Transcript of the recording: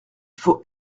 faut